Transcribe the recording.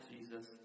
Jesus